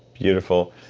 beautiful.